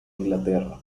inglaterra